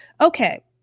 Okay